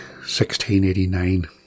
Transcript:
1689